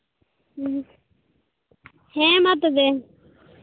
ᱦᱮᱸ ᱦᱮᱸ ᱢᱟ ᱛᱚᱵᱮ